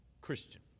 Christian